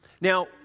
Now